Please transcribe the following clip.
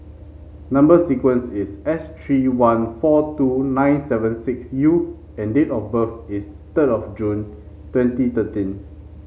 number sequence is S three one four two nine seven six U and date of birth is third of June twenty thirteen